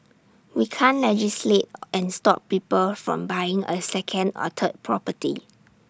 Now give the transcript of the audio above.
we can't legislate and stop people from buying A second or third property